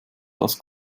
das